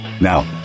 Now